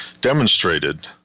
demonstrated